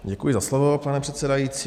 Děkuji za slovo, pane předsedající.